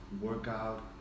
Workout